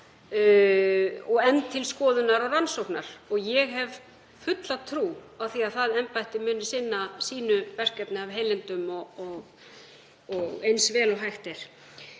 enn til skoðunar og rannsóknar, og ég hef fulla trú á því að embættið muni sinna verkefni sínu af heilindum og eins vel og hægt er.